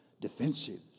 defensive